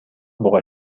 буга